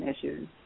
issues